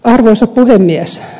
arvoisa puhemies